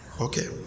Okay